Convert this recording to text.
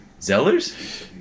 Zellers